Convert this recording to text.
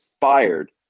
fired